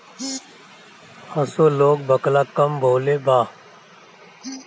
असो लोग बकला कम बोअलेबा